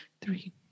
Three